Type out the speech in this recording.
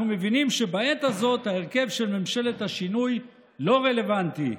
אנחנו מבינים שבעת הזאת ההרכב של ממשלת השינוי לא רלוונטי".